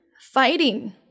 fighting